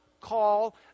call